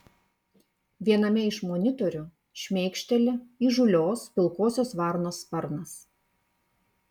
viename iš monitorių šmėkšteli įžūlios pilkosios varnos sparnas